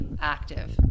active